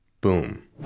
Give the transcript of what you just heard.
boom